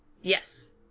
Yes